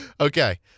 Okay